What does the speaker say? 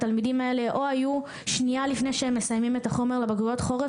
התלמידים האלה או היו שנייה לפני שהם מסיימים את החומר לבגרויות חורף